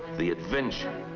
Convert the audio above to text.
the adventure,